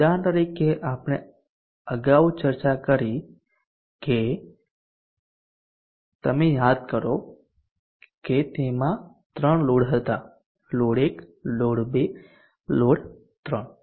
ઉદાહરણ તરીકે આપણે અગાઉ ચર્ચા કરી છે તે યાદ કરો કે તેમાં ત્રણ લોડ હતા લોડ 1 લોડ 2 લોડ 3